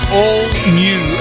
all-new